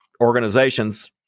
organizations